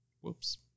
Whoops